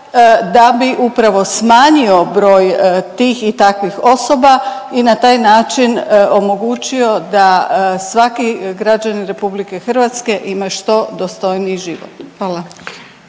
da bi upravo smanjio broj tih i takvih osoba i na taj način omogućio da svaki građanin Republike Hrvatske ima što dostojniji život. Hvala.